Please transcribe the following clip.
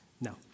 No